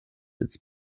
its